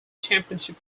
championship